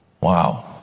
Wow